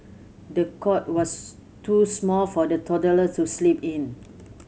the cot was too small for the toddler to sleep in